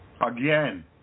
again